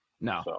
No